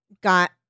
got